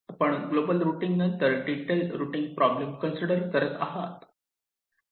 आपण global routing नंतर detail routing problem consider करत आहात